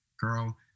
girl